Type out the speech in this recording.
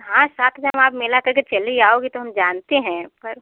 हाँ साथ में हम आप मेला करके चली आओगी तो हम जानते हैं पर